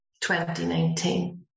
2019